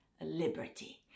liberty